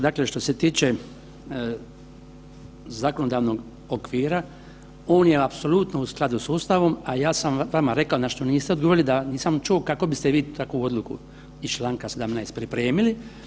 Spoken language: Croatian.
Dakle, što se tiče zakonodavnog okvira, on je apsolutno u skladu s Ustavom, a ja sam vama rekao na što niste odgovorili da, nisam čuo, kako biste vi takvu odluku iz čl. 17. pripremili?